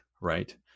right